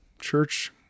church